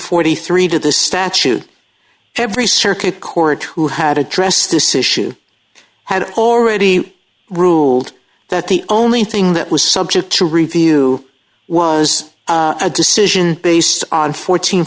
forty three to the statute every circuit court who had addressed this issue had already ruled that the only thing that was subject to review was a decision based on